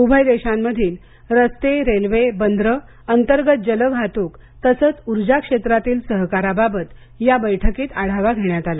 उभय देशांमधील रस्ते रेल्वे बंदरं अंतर्गत जल वाहतूक तसंच ऊर्जा क्षेत्रात सहकाराबाबत या बैठकीत आढावा घेण्यात आला